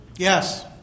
Yes